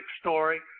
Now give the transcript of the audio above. story